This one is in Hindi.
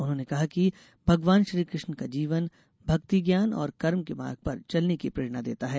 उन्होंने कहा कि भगवान श्रीकृष्ण का जीवन भक्ति ज्ञान और कर्म के मार्ग पर चलने की प्रेरणा देता है